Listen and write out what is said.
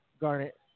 garnet